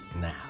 Now